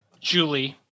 Julie